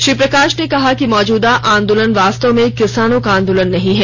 श्री प्रकाश ने कहा कि मौजूदा आंदोलन वास्तव में किसानों का आंदोलन नहीं है